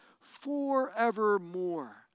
forevermore